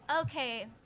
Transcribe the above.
Okay